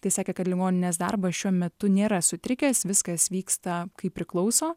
tai sakė kad ligoninės darbas šiuo metu nėra sutrikęs viskas vyksta kaip priklauso